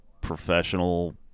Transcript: professional